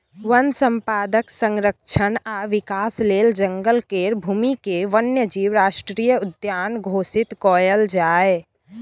वन संपदाक संरक्षण आ विकास लेल जंगल केर भूमिकेँ वन्य जीव राष्ट्रीय उद्यान घोषित कएल जाए